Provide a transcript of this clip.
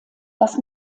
das